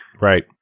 Right